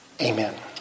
Amen